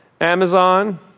Amazon